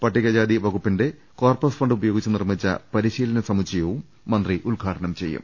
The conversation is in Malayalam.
പട്ടിക വകുപ്പിന്റെ കോർപ്പസ് ഫണ്ട് ഉപയോഗിച്ച് നിർമ്മിച്ച പരിശീലന സമു ച്ചയവും മന്ത്രി ഉദ്ഘാടനം ചെയ്യും